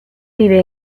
vive